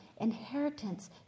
inheritance